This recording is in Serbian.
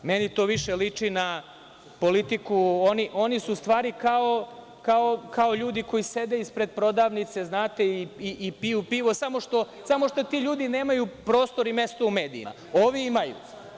Meni to više liči na, oni su u stvari kao ljudi koji sede ispred prodavnice, znate, i piju pivo, samo što ti ljudi nemaju prostor i mesto u medijima, ovi imaju.